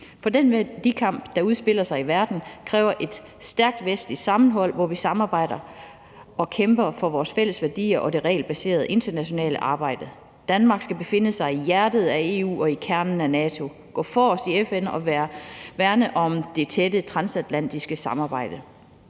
For den værdikamp, der udspiller sig i verden, kræver et stærkt vestligt sammenhold, hvor vi samarbejder og kæmper for vores fælles værdier og det regelbaserede internationale arbejde. Danmark skal befinde sig i hjertet af EU og i kernen af NATO, gå forrest i FN og værne om det tætte transatlantiske samarbejde.